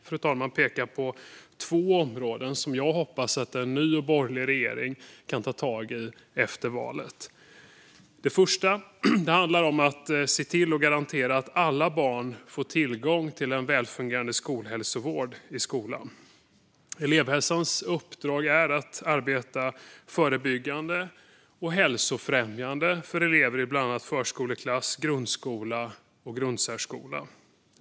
Låt mig peka på två områden som jag hoppas att en ny borgerlig regering kan ta tag i efter valet. Det första handlar om att se till och garantera att alla barn får tillgång till en välfungerande skolhälsovård i skolan. Elevhälsans uppdrag är att arbeta förebyggande och hälsofrämjande för elever i bland annat förskoleklass, grundskola och grundsärskola.